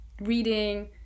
reading